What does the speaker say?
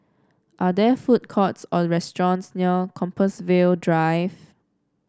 are there food courts or restaurants near Compassvale Drive